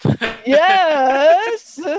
Yes